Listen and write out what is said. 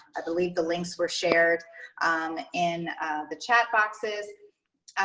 i believe the links were shared in the chat boxes.